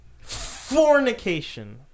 Fornication